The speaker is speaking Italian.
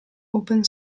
open